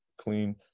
clean